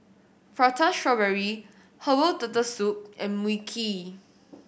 Prata Strawberry herbal Turtle Soup and Mui Kee